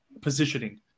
positioning